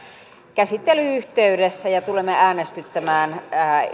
käsittelyn yhteydessä ja tulemme siitä äänestyttämään